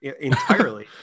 entirely